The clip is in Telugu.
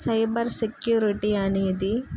సైబర్సెక్యూరిటీ అనేది